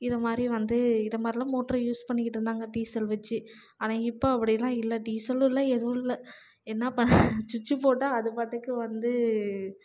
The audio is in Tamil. இதுமாதிரி வந்து இதை மாதிரில்லாம் மோட்டரு யூஸ் பண்ணிக்கிட்டு இருந்தாங்க டீசல் வச்சு ஆனால் இப்போ அப்படிலாம் இல்லை டீசலும் இல்லை எதுவும் இல்லை என்ன பண்ண சுச்சு போட்டால் அதுபாட்டுக்கு வந்து